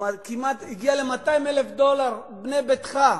הגיע לכמעט 200,000 דולר ב"בנה ביתך".